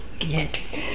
Yes